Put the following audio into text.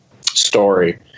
story